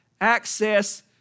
access